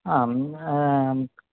आम्